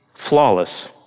Flawless